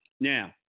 Now